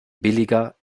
billiger